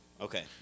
Okay